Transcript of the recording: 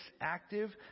active